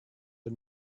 but